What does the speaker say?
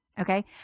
Okay